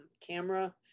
camera